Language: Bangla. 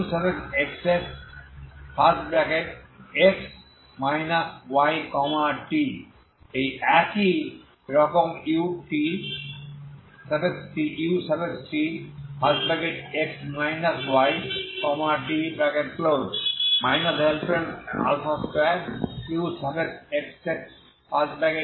uxxx yt একই রকম utx yt 2uxxx yt0